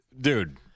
dude